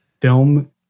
film